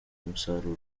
umusaruro